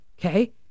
Okay